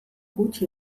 gutxi